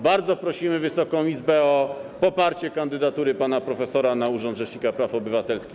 Bardzo prosimy Wysoką Izbę o poparcie kandydatury pana profesora na urząd rzecznika praw obywatelskich.